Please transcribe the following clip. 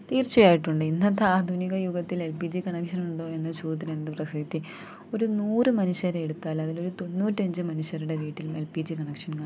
തീർച്ചയായിട്ടുണ്ട് ഇന്നത്തെ ആധുനിക യുഗത്തിൽ എൽ പി ജി കണക്ഷനുണ്ടോ എന്ന ചോദ്യത്തിന് എന്തു പ്രസക്തി ഒരു നൂറ് മനുഷ്യരെടുത്താലതിലൊരു തൊണ്ണൂറ്റഞ്ച് മനുഷ്യരുടെ വീട്ടിൽ എൽ പി ജി കണക്ഷൻ കാണും